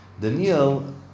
Daniel